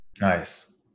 Nice